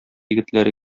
егетләре